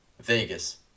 vegas